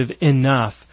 enough